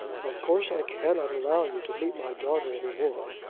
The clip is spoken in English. of course i cannot allow you to meet my daughter any more.